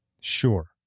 Sure